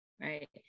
right